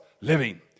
living